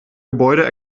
gebäude